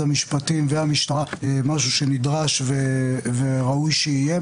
המשפטים והמשטרה הוא משהו שנדרש וראוי שיהיה.